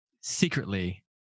secretly